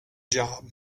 job